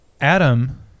Adam